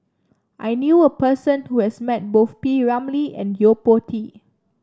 I knew a person who has met both P Ramlee and Yo Po Tee